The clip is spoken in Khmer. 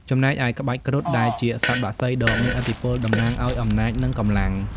ចំណែកឯក្បាច់ គ្រុឌ ដែលជាសត្វបក្សីដ៏មានឥទ្ធិពលតំណាងឱ្យអំណាច និងកម្លាំង។